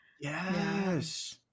Yes